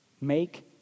make